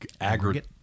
aggregate